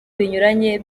binyuranye